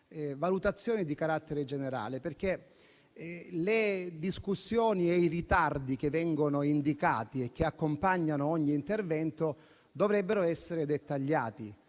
valutazioni di carattere generale. Le discussioni e i ritardi che vengono indicati e che accompagnano ogni intervento dovrebbero essere dettagliati,